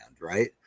right